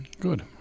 Good